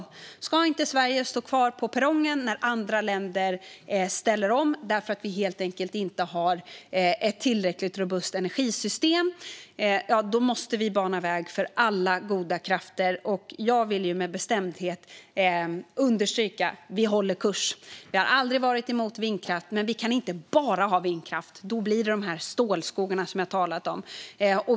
Om Sverige inte ska stå kvar på perrongen när andra länder ställer om för att vi helt enkelt inte har ett tillräckligt robust energisystem måste vi bana väg för alla goda krafter. Jag vill med bestämdhet understryka att vi håller kursen. Vi har aldrig varit emot vindkraft, men vi kan inte bara ha vindkraft. Då blir det de här stålskogarna som jag har talat om.